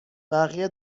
بقیه